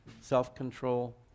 self-control